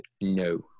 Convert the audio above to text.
No